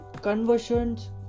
Conversions